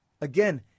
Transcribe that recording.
again